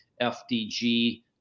FDG